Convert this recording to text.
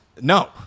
No